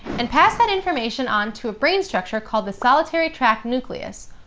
and pass that information on to a brain structure called the solitary tract nucleus,